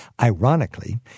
Ironically